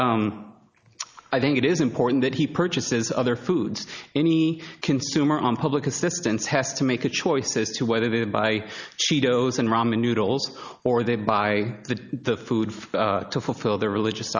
i think it is important that he purchases other foods any consumer on public assistance has to make a choice as to whether to buy she goes and ramen noodles or they buy the food to fulfill their religious